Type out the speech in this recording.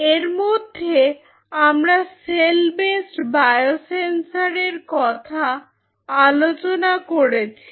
এরমধ্যে আমরা cell based biosensor এর কথা আলোচনা করেছি